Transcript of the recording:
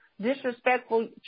disrespectful